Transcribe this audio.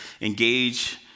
engage